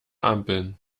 ampeln